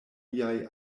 liaj